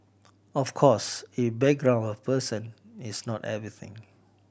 of course a background of a person is not everything